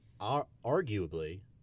arguably